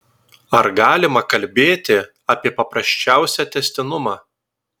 ar galima kalbėti apie paprasčiausią tęstinumą